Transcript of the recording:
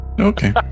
Okay